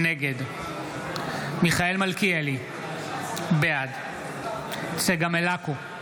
נגד מיכאל מלכיאלי, בעד צגה מלקו,